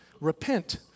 repent